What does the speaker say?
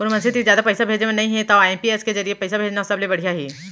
कोनो मनसे तीर जादा पइसा नइ भेजे बर हे तव आई.एम.पी.एस के जरिये म पइसा भेजना सबले बड़िहा हे